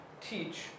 teach